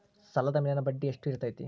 ಸಾಲದ ಮೇಲಿನ ಬಡ್ಡಿ ಎಷ್ಟು ಇರ್ತೈತೆ?